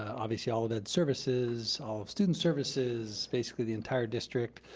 obviously, all of ed services, all of student services, basically the entire district,